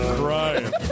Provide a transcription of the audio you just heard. crying